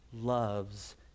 loves